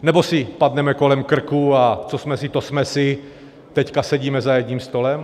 Nebo si padneme kolem krku, a co jsme si, to jsme si, teď sedíme za jedním stolem?